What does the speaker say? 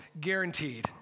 guaranteed